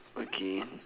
okay